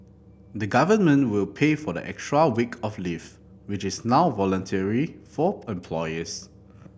the government will pay for the extra week of leave which is now voluntary for employers